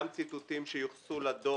גם ציטוטים שיוחסו לדוח,